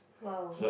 !wow!